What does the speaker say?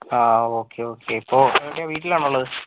ആ okay okay ഇപ്പോൾ എവിടെയാണ് വീട്ടിലാണോ ഉള്ളത്